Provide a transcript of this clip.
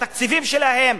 בתקציבים שלהם,